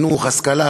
בהשכלה,